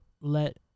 let